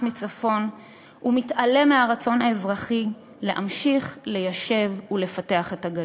מצפון ומתעלם מהרצון האזרחי להמשיך ליישב ולפתח את הגליל.